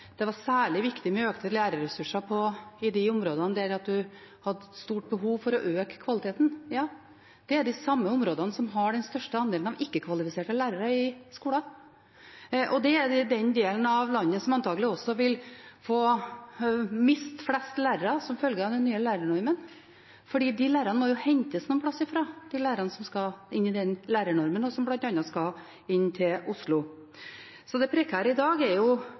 det var særlig viktig med økte lærerressurser på de områdene der en har stort behov for å øke kvaliteten. Ja, det er de samme områdene som har den største andelen av ikke-kvalifiserte lærere i skolen. Og det er også i den delen av landet som antagelig vil miste flest lærere som følge av den nye lærernormen, for de må jo hentes fra et sted, de lærerne som skal inn i den lærernormen, og som bl.a. skal inn til Oslo. Så det prekære i dag er jo